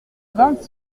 vingt